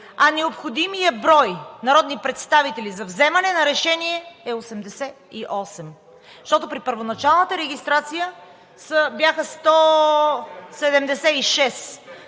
а необходимият брой народни представители за вземане на решение е 88. Защото при първоначалната регистрация бяха 175,